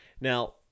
Now